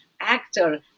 actor